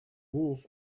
wolf